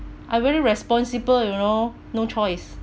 I very responsible you know no choice